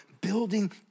building